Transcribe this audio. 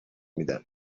میدم